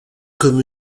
comme